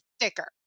sticker